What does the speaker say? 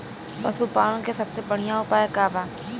पशु पालन के सबसे बढ़ियां उपाय का बा?